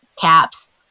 caps